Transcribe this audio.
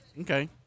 Okay